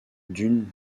d’une